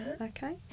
Okay